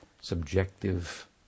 subjective